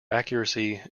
accuracy